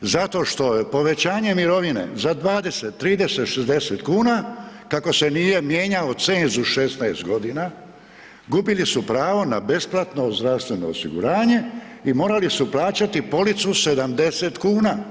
Zato što je povećanje mirovine za 20, 30, 60 kuna, kako se nije mijenjao cenzus 16 godina, gubili su pravo na besplatno zdravstveno osiguranje i morali su plaćati policu 70 kuna.